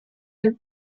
del